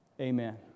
Amen